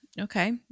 okay